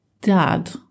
dad